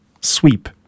sweep